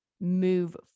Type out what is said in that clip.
move